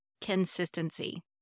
consistency